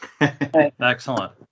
Excellent